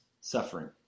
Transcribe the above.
suffering